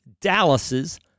Dallas's